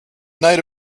night